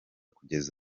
kugeza